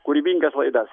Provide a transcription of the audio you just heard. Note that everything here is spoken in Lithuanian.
kūrybingas laidas